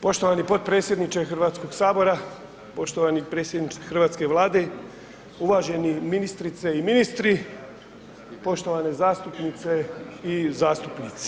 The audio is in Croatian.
Poštovani potpredsjedniče HS-a, poštovani predsjedniče hrvatske Vlade, uvaženi ministrice i ministri, poštovane zastupnice i zastupnici.